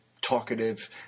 talkative